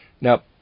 Now